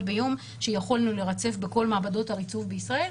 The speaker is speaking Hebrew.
ביום שיכולנו לרצף בכל מעבדות הריצוף בישראל.